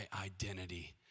identity